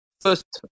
first